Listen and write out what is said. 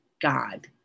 God